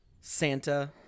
Santa